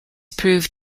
proved